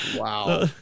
Wow